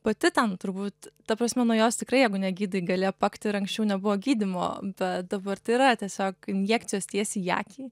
pati ten turbūt ta prasme nu jos tikrai jeigu negydai gali apakti ir anksčiau nebuvo gydymo bet dabar tai yra tiesiog injekcijos tiesiai į akį